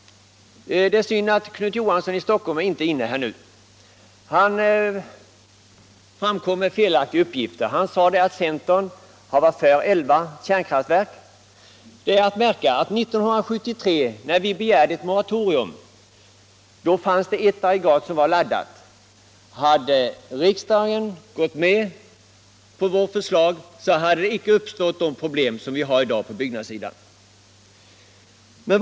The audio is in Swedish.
Det är synd att Knut Johansson i Stockholm inte är inne i kammaren nu. Han lämnade en felaktig uppgift. Han sade att centern har varit för elva kärnkraftverk. Det är att märka att 1973, när vi begärde ett moratorium, fanns det ctt aggregat som var laddat. Hade riksdagen gått med på vårt förslag hade dagens problem på byggnadssidan inte uppstått.